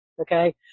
okay